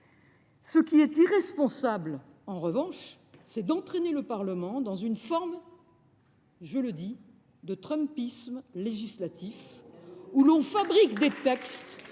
Ce qui est irresponsable, en revanche, c’est d’entraîner le Parlement dans une forme de trumpisme législatif, où l’on fabrique des textes